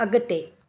अॻिते